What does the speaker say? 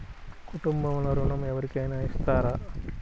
కుటుంబంలో ఋణం ఎవరికైనా ఇస్తారా?